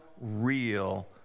real